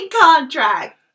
contract